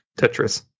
Tetris